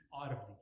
audibly